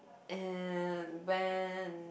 and when